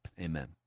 Amen